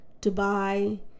Dubai